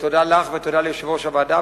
תודה לך ותודה ליושב-ראש הוועדה,